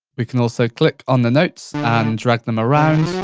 we can also click on the notes and drag them around,